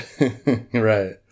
Right